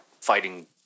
fighting